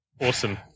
Awesome